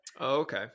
Okay